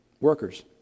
workers